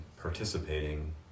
participating